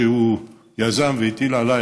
שהוא יזם והטיל עליי,